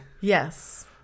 Yes